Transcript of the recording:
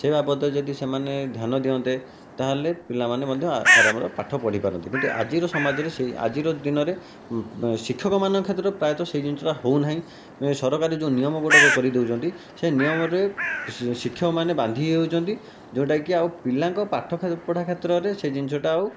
ସେ ବାବଦରେ ଯଦି ସେମାନେ ଧ୍ୟାନ ଦିଅନ୍ତେ ତାହେଲେ ପିଲାମାନେ ମଧ୍ୟ ଆରାମରେ ପାଠ ପଢ଼ି ପାରନ୍ତେ କିନ୍ତୁ ଆଜିର ସମାଜରେ ସେଇ ଆଜିର ଦିନରେ ଶିକ୍ଷକମାନଙ୍କ କ୍ଷେତ୍ରରେ ପ୍ରାୟତଃ ସେ ଜିନିଷଟା ହେଉନାହିଁ ସରକାରୀ ଯେଉଁ ନିୟମ ଗୁଡ଼ାକ କରି ଦେଉଛନ୍ତି ସେ ନିୟମରେ ଶିକ୍ଷକମାନେ ବାନ୍ଧି ହୋଇଯାଉଛନ୍ତି ଯେଉଁଟାକି ଆଉ ପିଲାଙ୍କ ପାଠପଢ଼ା କ୍ଷେତ୍ରରେ ସେ ଜିନିଷଟା ଆଉ